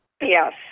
Yes